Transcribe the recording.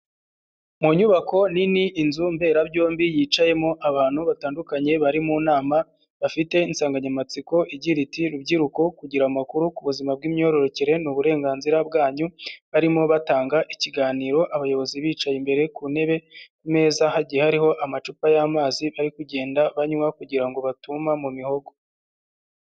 Mu nyubako nini inzu mberabyombi yicayemo abantu batandukanye bari mu nama bafite insanganyamatsiko igira iti: "Rubyiruko kugira amakuru ku buzima bw'imyororokere ni uburenganzira bwanyu", barimo batanga ikiganiro abayobozi bicaye imbere ku ntebe ku meza hagiye hariho amacupa y'amazi bari kugenda banywa kugira ngo batuma mu mihogo.